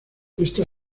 esta